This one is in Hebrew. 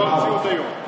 זו המציאות היום.